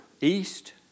east